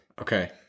Okay